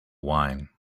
wine